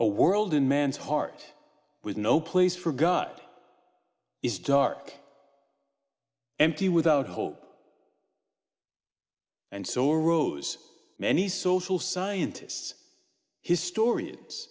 a world in man's heart with no place for god is dark empty without hope and so arose many social scientists historians